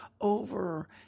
over